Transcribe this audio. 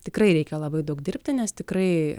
tikrai reikia labai daug dirbti nes tikrai